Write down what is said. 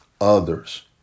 others